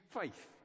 faith